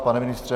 Pane ministře?